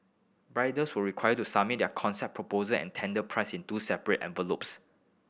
bidders were required to submit their concept proposal and tender price in two separate envelopes